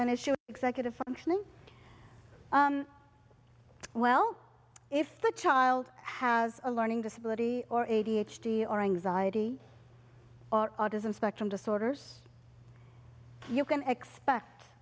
an issue of executive functioning well if the child has a learning disability or a d h d or anxiety or autism spectrum disorders you can expect